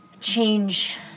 change –